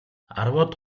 арваад